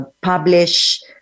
publish